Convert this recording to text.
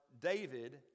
David